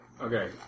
Okay